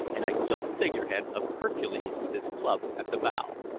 and a gilt figurehead of hercules with his club at the bow.